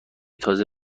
تازه